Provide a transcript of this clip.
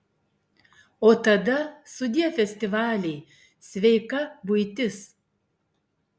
o tada sudie festivaliai sveika buitis